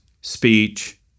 speech